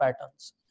patterns